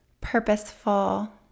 purposeful